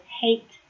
hate